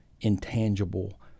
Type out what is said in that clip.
intangible